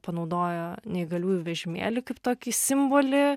panaudojo neįgaliųjų vežimėlį kaip tokį simbolį